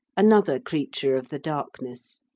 another creature of the darkness,